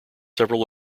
several